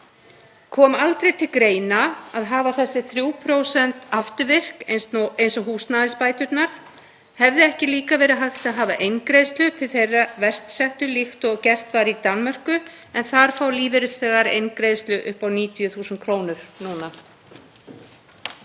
Kom aldrei til greina að hafa þessi 3% afturvirk eins og húsnæðisbæturnar? Hefði ekki líka verið hægt að hafa eingreiðslu til þeirra verst settu líkt og gert var í Danmörku en nú fá lífeyrisþegar þar eingreiðslu upp á 90.000 kr.?